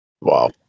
Wow